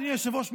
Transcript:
אדוני היושב-ראש,